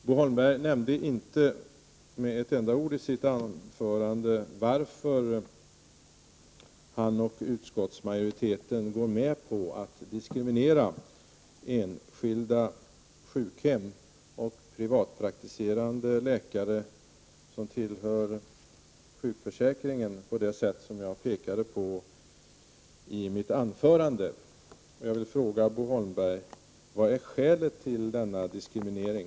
Bo Holmberg nämnde inte med ett enda ord varför han och utskottsmajoriteten diskriminerar enskilda sjukhem och privatpraktiserande läkare som tillhör sjukförsäkringen på det sätt som jag pekade på i mitt anförande. Jag vill fråga Bo Holmberg: Vilket är skälet till denna diskriminering?